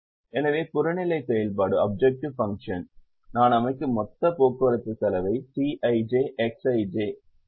எனவே புறநிலை செயல்பாடு நான் அமைக்கும் மொத்த போக்குவரத்து செலவை Cij Xij குறைக்க முயற்சிக்கிறது